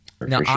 Now